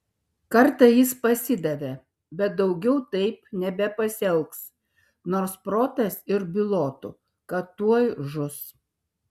kartą jis pasidavė bet daugiau taip nebepasielgs nors protas ir bylotų kad tuoj žus